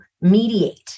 mediate